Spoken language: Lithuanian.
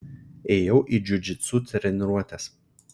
ėjau į džiudžitsu treniruotes